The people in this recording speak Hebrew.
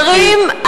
גרים,